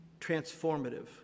transformative